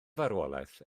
farwolaeth